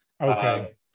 okay